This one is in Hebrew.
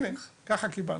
ככה קיבלנו.